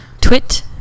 Twit